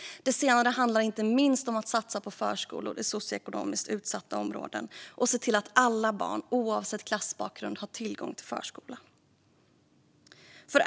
Det senare handlar inte minst om att satsa på förskolor i socioekonomiskt utsatta områden och att se till att alla barn, oavsett klassbakgrund, har tillgång till förskola.